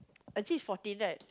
actually it's fourteen right